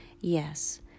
Yes